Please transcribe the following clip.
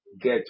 get